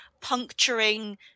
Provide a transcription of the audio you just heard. puncturing